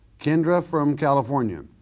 kendra from california,